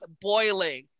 boiling